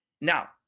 Now